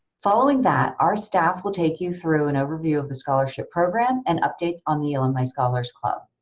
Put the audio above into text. following that, our staff will take you through an overview of the scholarship program and updates on the alumni scholars club,